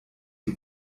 die